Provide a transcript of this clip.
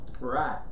Right